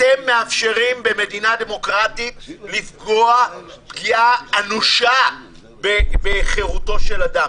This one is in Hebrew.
אתם מאפשרים לפגוע פגיעה אנושה בחירותו של אדם במדינה דמוקרטית.